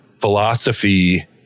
philosophy